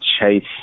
chase